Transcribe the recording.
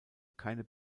keine